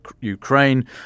Ukraine